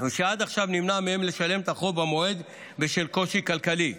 ושעד עכשיו נמנע מהם לשלם את החוב במועד בשל קושי כלכלי.